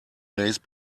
days